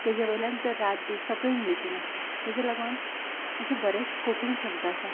ताजे वयल्यान तर रात दीस सगळे इंग्लिशीन आसता ताजे लागून अशे बरेच कोंकणी शब्द आसा